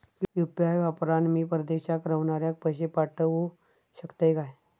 UPI वापरान मी परदेशाक रव्हनाऱ्याक पैशे पाठवु शकतय काय?